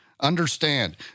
Understand